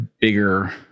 bigger